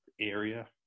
area